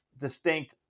distinct